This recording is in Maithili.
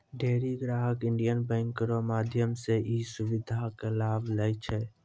ढेरी ग्राहक इन्डियन बैंक रो माध्यम से ई सुविधा के लाभ लै छै